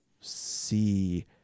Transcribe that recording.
see